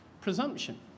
presumption